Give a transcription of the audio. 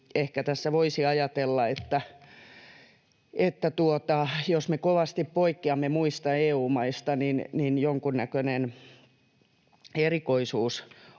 Eli ehkä voisi ajatella, että jos me kovasti poikkeamme muista EU-maista, niin jonkunnäköinen erikoisuus